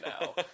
now